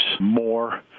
more